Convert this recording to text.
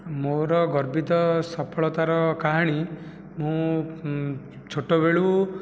ମୋର ଗର୍ବିତ ସଫଳତାର କାହାଣୀ ମୁଁ ଛୋଟବେଳୁ